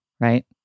right